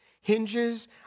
hinges